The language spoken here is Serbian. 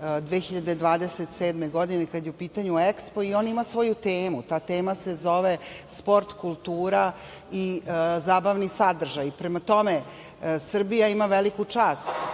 2027. godine, kada je u pitanju EKSPO, i on ima svoju temu, ta tema se zove sport, kultura i zabavni sadržaj. Prema tome, Srbija ima veliku čast